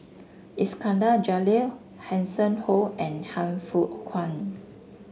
Iskandar Jalil Hanson Ho and Han Fook Kwang